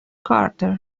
carter